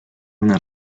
una